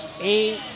eight